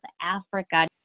Africa